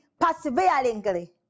perseveringly